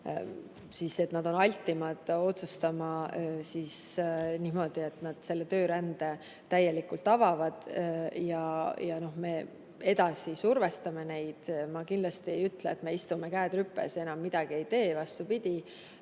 ikkagi altimad otsustama niimoodi, et nad selle töörände täielikult avavad. Me survestame neid edasi. Ma kindlasti ei ütle, et me istume, käed rüpes, enam midagi ei tee. Vastupidi,